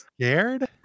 scared